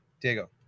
Diego